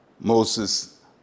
Moses